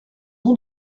ont